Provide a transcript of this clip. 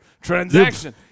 Transaction